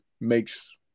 makes